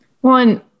One